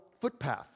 footpath